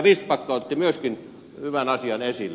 vistbacka otti myöskin hyvän asian esille